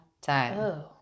time